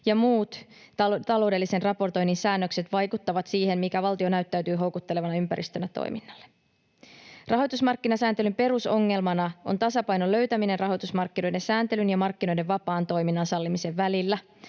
ja muut taloudellisen raportoinnin säännökset vaikuttavat siihen, mikä valtio näyttäytyy houkuttelevana ympäristönä toiminnalle. Rahoitusmarkkinasääntelyn perusongelmana on tasapainon löytäminen rahoitusmarkkinoiden sääntelyn ja markkinoiden vapaan toiminnan sallimisen välillä.